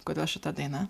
kodėl šita daina